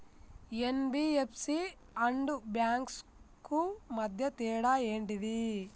NBFC and banks కు మధ్య తేడా ఏంటిది?